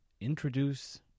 introduce